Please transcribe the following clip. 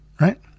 right